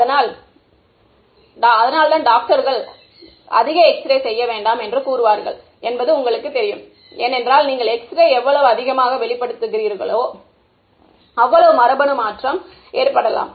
எனவே அதனால் தான் டாக்டர்கள் அதிக எக்ஸ்ரே செய்ய வேண்டாம் என்று கூறுவார்கள் என்பது உங்களுக்குத் தெரியும் ஏனென்றால் நீங்கள் எக்ஸ்ரே எவ்வளவு அதிகமாக வெளிப்படுத்துகிறீர்களோ அவ்வளவு மரபணு மாற்றம் ஏற்படலாம்